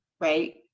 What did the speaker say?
right